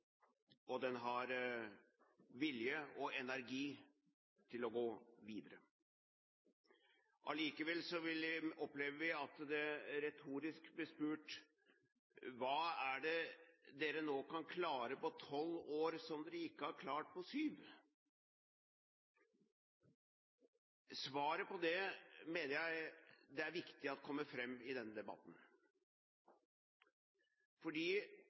og at den har vilje og energi til å gå videre. Allikevel opplever vi at det retorisk blir spurt: Hva er det dere nå kan klare på tolv år som dere ikke har klart på syv? Svaret på det mener jeg det er viktig at kommer fram i denne